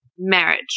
marriage